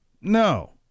no